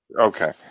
okay